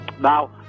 Now